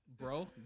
bro